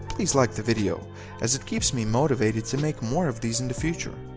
please like the video as it keeps me motivated to make more of these in the future.